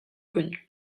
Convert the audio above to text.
connus